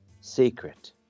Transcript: secret